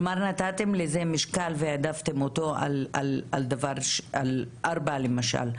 כלומר נתתם לזה משקל והעדפתם אותו על 4 למשל,